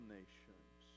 nations